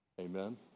Amen